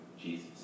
Jesus